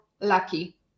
lucky